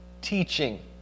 teaching